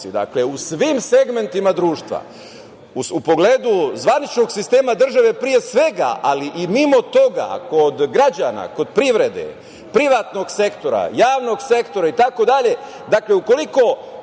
dakle, u svim segmentima društva, u pogledu zvaničnog sistema države, pre svega, ali i mimo toga, kod građana, kod privrede, privatnog sektora, javnog sektora itd, dakle, ukoliko